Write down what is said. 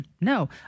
No